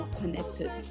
connected